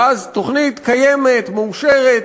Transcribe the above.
ואז תוכנית קיימת, מאושרת,